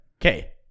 Okay